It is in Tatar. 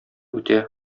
үтә